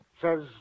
says